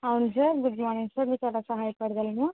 అవును sir good morning sir మీకు ఎలా సహాయపడగలను